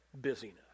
busyness